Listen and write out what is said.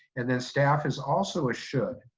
and then staff is also a should.